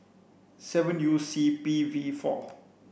seven U C P V four